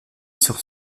sur